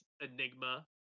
enigma